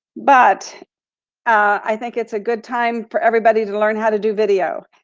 but i think it's a good time for everybody to learn how to do video.